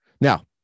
Now